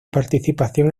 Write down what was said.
participación